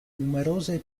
numerose